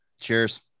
cheers